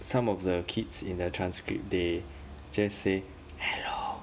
some of the kids in the transcript they just say hello